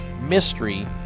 mystery